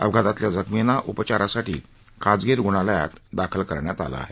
अपघातातल्या जखमींना उपचारासाठी खासगी रूग्णालयात दाखल केलं आहे